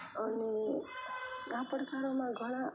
અને આ પડકારોમાં ઘણાં